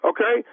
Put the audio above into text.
Okay